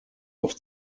auf